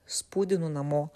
spūdinu namo